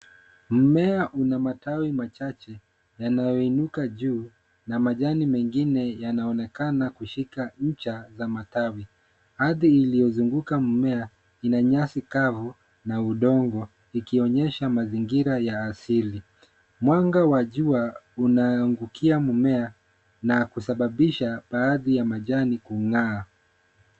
Mmea una matawi machache yanayoinuka juu na majani mengine yanaonekana kushika ncha za matawi. Ardhi iliyozunguka mmea ina nyasi kavu na udongo ikionyesha mazingira ya asili. Mwanga wa jua unaangukia mmea na kusababisha baadhi ya majani kung'aa.